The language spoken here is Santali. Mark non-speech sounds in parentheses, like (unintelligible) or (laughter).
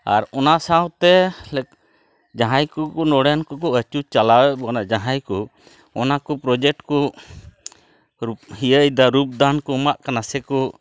ᱟᱨ ᱚᱱᱟ ᱥᱟᱶᱛᱮ (unintelligible) ᱡᱟᱦᱟᱸ ᱠᱚᱠᱚ ᱱᱚᱸᱰᱮᱱ ᱠᱚᱠᱚ ᱟᱹᱪᱩ ᱪᱟᱞᱟᱣᱮᱫ ᱵᱚᱱᱟ ᱡᱟᱦᱟᱸᱭᱠᱚ ᱚᱱᱟᱠᱚ ᱯᱨᱚᱡᱮᱴᱠᱚ ᱤᱭᱟᱹᱭᱮᱫᱟ ᱨᱩᱯᱫᱟᱱᱠᱚ ᱮᱢᱟᱜ ᱠᱟᱱᱟ ᱥᱮ ᱠᱚ